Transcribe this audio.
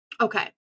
Okay